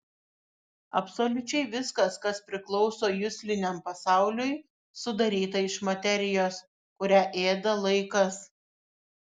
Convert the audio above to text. absoliučiai viskas kas priklauso jusliniam pasauliui sudaryta iš materijos kurią ėda laikas